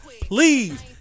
please